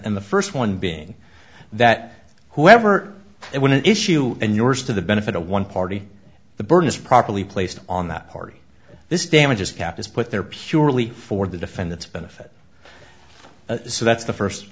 and the first one being that whoever and when an issue and yours to the benefit of one party the burden is properly placed on that party this damages cap is put there purely for the defendant's benefit so that's the first